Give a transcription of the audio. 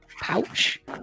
pouch